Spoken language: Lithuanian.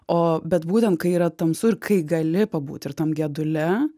o bet būten kai yra tamsu ir kai gali pabūti ir tam gedule